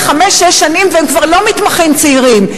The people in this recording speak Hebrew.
חמש שש שנים והם כבר לא מתמחים צעירים.